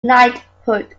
knighthood